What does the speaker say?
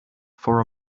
for